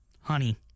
honey